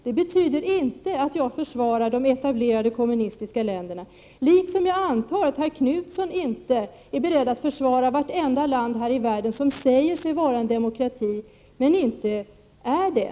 Det betyder inte att jag försvarar de etablerade kommunistiska länderna, liksom jag antar att herr Knutson inte är beredd att försvara vartenda land här i världen som säger sig vara en demokrati men inte är det.